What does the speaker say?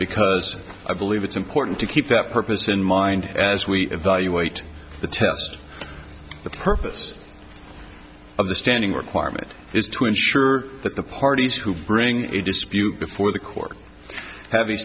because i believe it's important to keep that purpose in mind as we evaluate the test the purpose of the standing requirement is to ensure that the parties who bring a dispute before the court hav